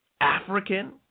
African